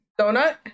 Donut